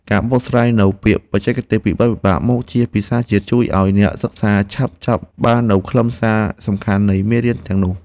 ការបកស្រាយនូវពាក្យបច្ចេកទេសពិបាកៗមកជាភាសាជាតិជួយឱ្យអ្នកសិក្សាឆាប់ចាប់បាននូវខ្លឹមសារសំខាន់នៃមេរៀនទាំងនោះ។